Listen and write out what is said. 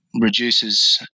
reduces